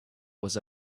was